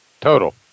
Total